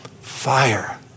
fire